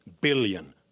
billion